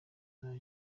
nta